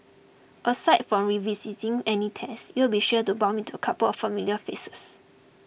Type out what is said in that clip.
aside from revising any tests you'll be sure to bump into a couple of familiar faces